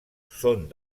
són